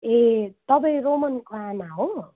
ए तपाईँ रोमनको आमा हो